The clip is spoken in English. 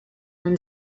and